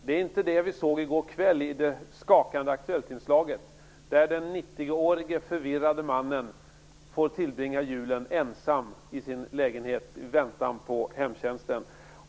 Det var inte det vi såg i går kväll i det skakande Aktuellt-inslaget om den 90-årige, förvirrade mannen som får tillbringa julen ensam i sin lägenhet i väntan på hemtjänsten.